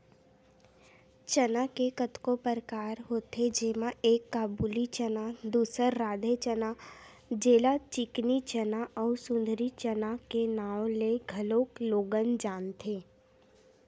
चना के कतको परकार होथे जेमा एक काबुली चना, दूसर राधे चना जेला चिकनी चना अउ सुंदरी चना के नांव ले घलोक लोगन जानथे